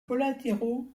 collatéraux